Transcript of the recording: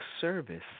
service